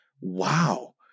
wow